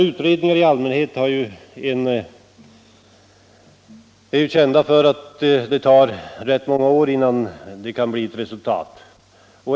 Utredningar i allmänhet är kända för att ta rätt många år på sig innan de redovisar några resultat.